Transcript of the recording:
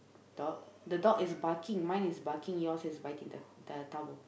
dog the dog is barking mine is barking yours is biting the the towel